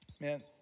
Man